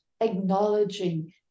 acknowledging